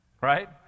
right